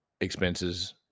expenses